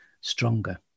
stronger